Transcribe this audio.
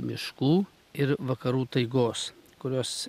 miškų ir vakarų taigos kurios